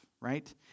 right